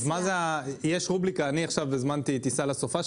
עכשיו הזמנתי טיסה לסופ"ש,